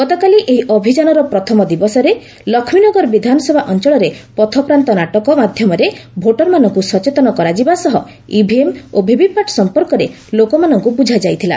ଗତକାଲି ଏହି ଅଭିଯାନର ପ୍ରଥମ ଦିବସରେ ଲକ୍ଷ୍ମୀନଗର ବିଧାନସଭା ଅଞ୍ଚଳରେ ପଥପ୍ରାନ୍ତ ନାଟକ ମାଧ୍ୟମରେ ଭୋଟରମାନଙ୍କୁ ସଚେତନ କରାଯିବା ସହ ଇଭିଏମ୍ ଓ ଭିଭିପାଟ୍ ସଂପର୍କରେ ଲୋକମାନଙ୍କୁ ବୁଝାଯାଇଥିଲା